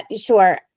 Sure